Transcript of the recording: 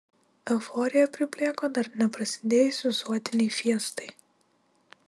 euforija priplėko dar neprasidėjus visuotinei fiestai